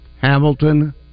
Hamilton